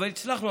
אבל הצלחנו.